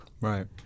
Right